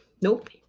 Nope